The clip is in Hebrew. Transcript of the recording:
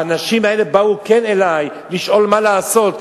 האנשים האלה באו אלי לשאול מה לעשות,